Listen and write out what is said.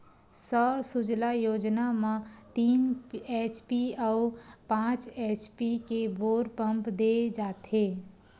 सौर सूजला योजना म तीन एच.पी अउ पाँच एच.पी के बोर पंप दे जाथेय